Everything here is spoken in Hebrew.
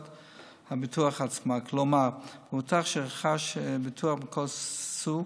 הביטוח עצמה, כלומר מבוטח שרכש ביטוח מכל סוג